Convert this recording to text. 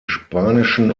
spanischen